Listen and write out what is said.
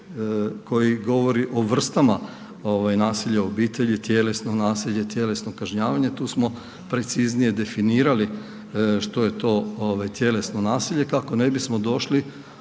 koji govori o vrstama nasilja u obitelji, tjelesno nasilje, tjelesno kažnjavanje tu smo preciznije definirali što je to tjelesno nasilje kako ne bismo došli